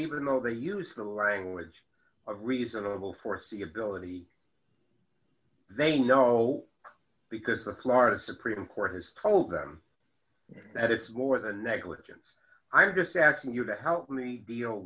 even though they use the language of reasonable foreseeability they know because the florida supreme court has told them that it's more than negligence i'm just asking you to help me deal